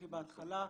הכי בהתחלה.